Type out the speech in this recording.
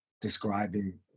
describing